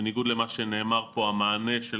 בניגוד למה שנאמר פה המענה של